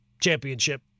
championship